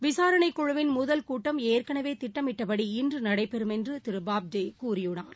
விசாரணைக் குழுவின் முதல் கூட்டம் ஏற்கனவேதிட்டமிட்டபடி இன்றுநடைபெறும் என்றுதிருபாப்டேகூறினார்